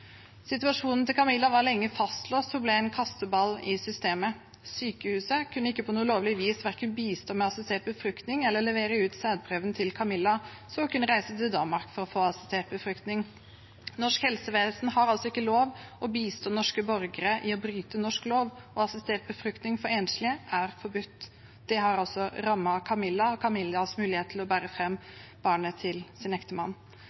Situasjonen til Camilla var lenge fastlåst, og hun ble en kasteball i systemet. Sykehuset kunne ikke på noe lovlig vis verken bistå med assistert befruktning eller levere ut sædprøven til Camilla så hun kunne reise til Danmark for å få assistert befruktning. Norsk helsevesen har ikke lov til å bistå norske borgere med å bryte norsk lov, og assistert befruktning for enslige er forbudt. Det har altså rammet Camilla og hennes mulighet til å bære fram barnet til sin ektemann.